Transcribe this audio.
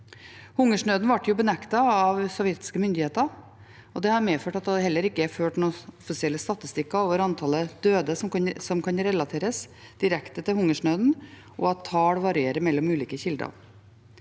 Hungersnøden ble benektet av sovjetiske myndigheter, og det har medført at det heller ikke er ført noen offisielle statistikker over antallet døde som kan relateres direkte til hungersnøden, og at tall varierer mellom ulike kilder.